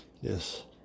Yes